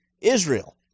Israel